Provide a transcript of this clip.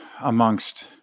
amongst